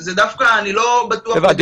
זה דווקא אני לא בטוח דווקא אז פחות חשוב.